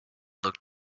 looked